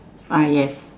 ah yes